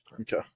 Okay